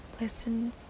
Listen